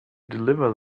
deliver